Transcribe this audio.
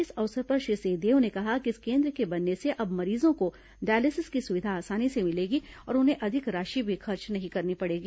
इस अवसर पर श्री सिंहदेव ने कहा कि इस केन्द्र के बनने से अब मरीजों को डायलिसिस की सुविधा आसानी से मिलेगी और उन्हें अधिक राशि भी खर्च नहीं करना पड़ेगी